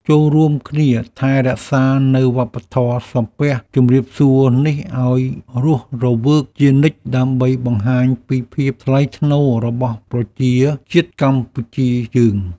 ចូររួមគ្នាថែរក្សានូវវប្បធម៌សំពះជម្រាបសួរនេះឱ្យរស់រវើកជានិច្ចដើម្បីបង្ហាញពីភាពថ្លៃថ្នូររបស់ប្រជាជាតិកម្ពុជាយើង។